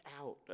out